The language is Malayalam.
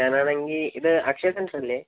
ഞാനാണെങ്കിൽ ഇത് അക്ഷയ സെൻറ്ററല്ലെ